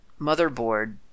motherboard